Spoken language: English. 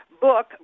book